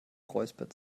räuspert